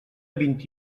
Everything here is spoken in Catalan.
vint